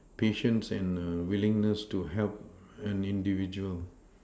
patience and err willingness to help an individual